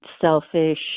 selfish